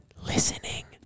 Listening